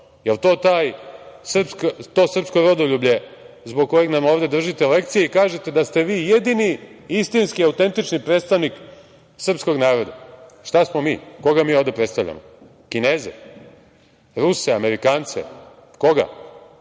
Jel to srpsko rodoljublje zbog kojeg nam ovde držite lekcije i kažete da ste vi jedini istinski autentični predstavnik srpskog naroda? Šta smo mi? Koga mi ovde predstavljamo, Kineze, Ruse, Amerikance, koga?